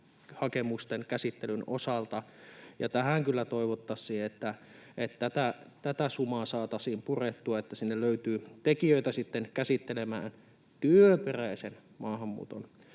käsittelyn osalta. Tähän kyllä toivottaisiin, että tätä sumaa saataisiin purettua ja että sinne löytyy tekijöitä käsittelemään, työperäisen maahanmuuton